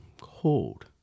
cold